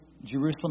Jerusalem